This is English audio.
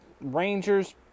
Rangers